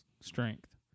strength